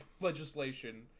legislation